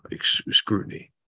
scrutiny